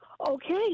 Okay